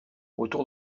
autour